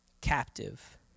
captive